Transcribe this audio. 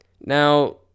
now